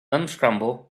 unscramble